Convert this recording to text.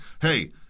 hey